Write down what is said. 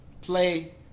play